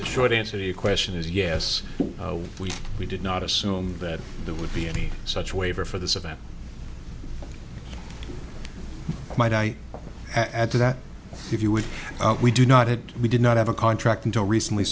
the short answer the question is yes we we did not assume that there would be any such waiver for this event might i add to that if you would we do not had we did not have a contract until recently